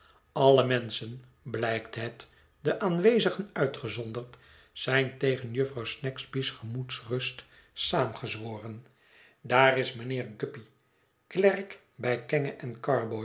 alle menschen blijkt het de aanwezigen uitgezonderd zijn tegen jufvrouw snagsby's gemoedsrust saamgezworen daar is mijnheer guppy klerk bij kenge en carboy